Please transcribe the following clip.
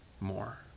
more